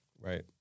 Right